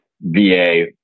VA